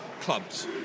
clubs